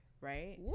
Right